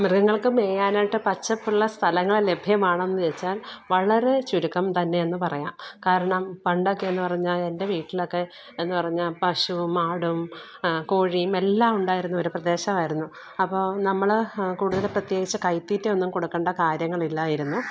മൃഗങ്ങൾക്ക് മേയാനായിട്ട് പച്ചപ്പുള്ള സ്ഥലങ്ങള് ലഭ്യമാണെന്നുവെച്ചാല് വളരെ ചുരുക്കം തന്നെ എന്നു പറയാം കാരണം പണ്ടൊക്കെ എന്ന് പറഞ്ഞാല് എന്റെ വീട്ടിലൊക്കെ എന്ന് പറഞ്ഞാല് പശുവും ആടും കോഴിയും എല്ലാം ഉണ്ടായിരുന്ന ഒരു പ്രദേശമായിരുന്നു അപ്പോൾ നമ്മൾ കൂടുതൽ പ്രത്യേകിച്ച് കൈത്തീറ്റ ഒന്നും കൊടുക്കേണ്ട കാര്യങ്ങളില്ലായിരുന്നു